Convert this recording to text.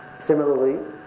Similarly